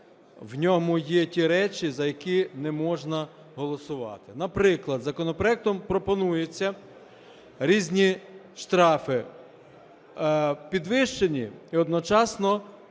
в ньому є ті речі, за які не можна голосувати. Наприклад, законопроектом пропонуються різні штрафи, підвищені і одночасно